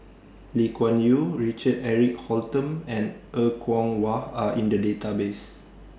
Lee Kuan Yew Richard Eric Holttum and Er Kwong Wah Are in The Database